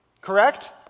Correct